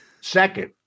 second